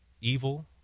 evil